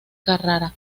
carrara